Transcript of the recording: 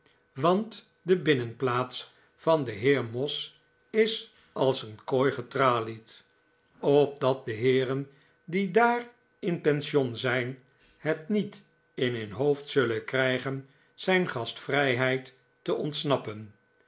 want de binnenplaats van den heer moss is als een kooi getralied opdat de heeren die daar in pension zijn het niet in hun hoofd zullen krijgen zijn gastvrijheid te ontsnappen